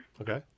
Okay